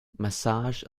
massage